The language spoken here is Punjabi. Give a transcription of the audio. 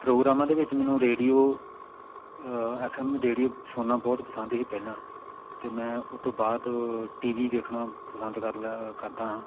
ਪ੍ਰੋਗਰਾਮਾਂ ਦੇ ਵਿੱਚ ਮੈਨੂੰ ਰੇਡੀਓ ਐੱਫ ਐੱਮ ਰੇਡੀਓ ਸੁਣਨਾ ਬਹੁਤ ਪਸੰਦ ਸੀ ਪਹਿਲਾਂ ਅਤੇ ਮੈਂ ਉਹ ਤੋਂ ਬਾਅਦ ਟੀਵੀ ਵੇਖਣਾ ਪਸੰਦ ਕਰਲਾ ਕਰਦਾ ਹਾਂ